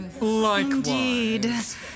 Likewise